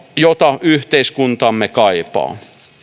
jota yhteiskuntamme kaipaa